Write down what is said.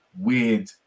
weird